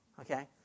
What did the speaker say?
okay